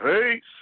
Peace